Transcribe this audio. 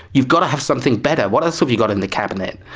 you've got to have something better, what else have you got in the cabinet?